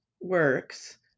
works